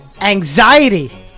anxiety